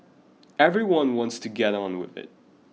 everyone wants to get on with it